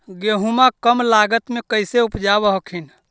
गेहुमा कम लागत मे कैसे उपजाब हखिन?